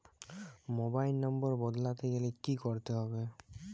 Mobile নম্বর বদলাতে গেলে কি করতে হবে?